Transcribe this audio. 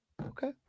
Okay